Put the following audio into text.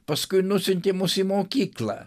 paskui nusiuntė mus į mokyklą